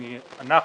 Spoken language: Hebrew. אנחנו,